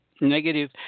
negative